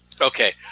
Okay